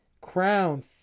Crown